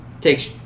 takes